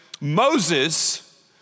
Moses